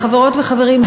חברות וחברים,